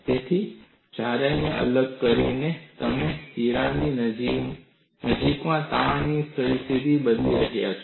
તેથી જાડાઈને અલગ કરીને તમે તિરાડની નજીકમાં તણાવની સ્થિતિને બદલી રહ્યા છો